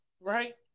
right